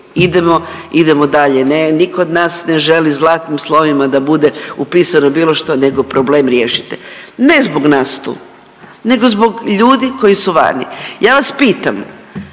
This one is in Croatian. idemo dalje, ne, niko od nas ne želi zlatnim slovima da bude upisano bilo što nego problem riješite, ne zbog nas tu nego zbog ljudi koji su vani. Ja vas pitam